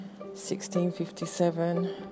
1657